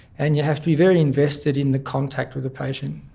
and you have to be very invested in the contact with the patient.